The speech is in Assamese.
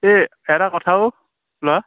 এই এটা কথা অ' ল'ৰা